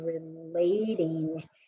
relating